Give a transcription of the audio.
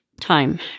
time